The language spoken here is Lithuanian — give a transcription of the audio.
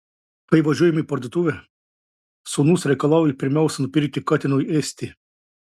kai važiuojame į parduotuvę sūnus reikalauja pirmiausia nupirkti katinui ėsti